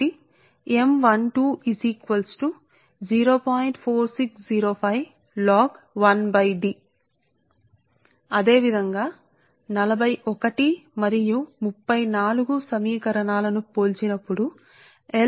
కాబట్టి ఇది మనం పోల్చి చూస్తే మనం ఈ రెండింటినీ పోల్చుతున్నాం అందుకే మీరు L2L 22 కోసం అదేవిధంగా ఉన్నప్పుడు 41 మరియు 34 ను పోల్చినప్పుడు కూడా రెండూ ఒకే విధంగా ఉంటాయి అందువలన L1L 11 కు సమానం